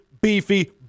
beefy